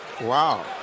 wow